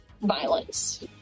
violence